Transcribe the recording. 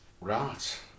Right